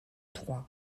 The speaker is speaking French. trois